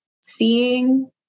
seeing